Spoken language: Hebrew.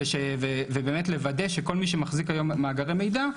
ובאמת לוודא שכל מי שמחזיק היום מאגרי מידע,